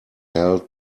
held